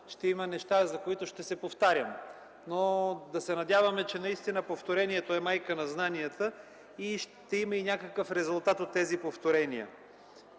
ще има неща, по които ще се повтарям. Да се надяваме, че повторението е майка на знанието и ще има някакъв резултат от повторенията.